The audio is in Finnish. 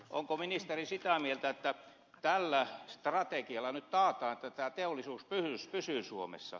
onko ministeri sitä mieltä että tällä strategialla nyt taataan että teollisuus pysyy suomessa